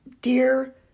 dear